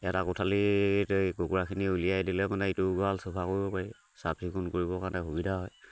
এটা কোঠালি এই কুকুৰাখিনি উলিয়াই দিলে মানে এইটো গঁৰাল চাফা কৰিব পাৰি চাফ চিকুণ কৰিবৰ কাৰণে সুবিধা হয়